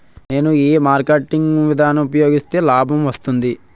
నేను ఏ మార్కెటింగ్ విధానం ఉపయోగిస్తే లాభం వస్తుంది?